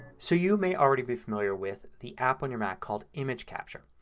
so you may already be familiar with the app on your mac called image capture.